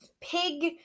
pig